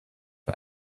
for